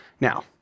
Now